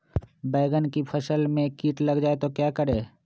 बैंगन की फसल में कीट लग जाए तो क्या करें?